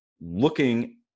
looking